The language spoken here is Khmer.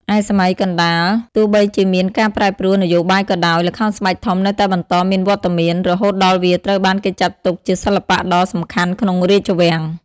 ឯសម័យកណ្ដាល ទោះបីជាមានការប្រែប្រួលនយោបាយក៏ដោយ ល្ខោនស្បែកធំនៅតែបន្តមានវត្តមាន រហូតដល់វាត្រូវបានគេចាត់ទុកជាសិល្បៈដ៏សំខាន់ក្នុងរាជវាំង ។